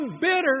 bitter